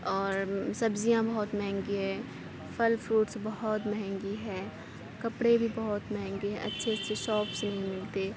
اور سبزیاں بہت مہنگی ہے پھل فروٹس بہت مہنگی ہے کپڑے بھی بہت مہنگی ہے اچھے اچھے شاپس نہیں ملتے